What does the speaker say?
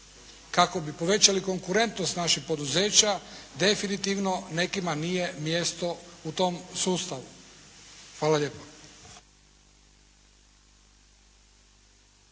kako bi povećali konkurentnost naših poduzeća definitivno nekima nije mjesto u tom sustavu. Hvala lijepo.